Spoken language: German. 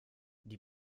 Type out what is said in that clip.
die